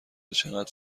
چقدر